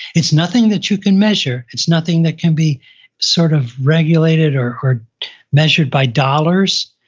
it's nothing that you can measure, it's nothing that can be sort of regulated or or measured by dollars,